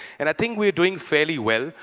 and i think we're doing fairly well.